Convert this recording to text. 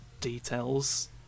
details